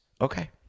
Okay